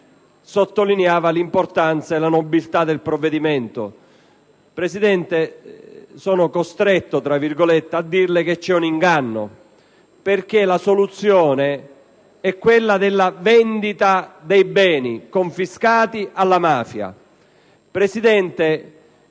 sottolineava l'importanza e la nobiltà del provvedimento. Presidente, sono "costretto" a dirle che c'è un inganno, perché la soluzione proposta è quella della vendita dei beni confiscati alla mafia. *(Brusìo.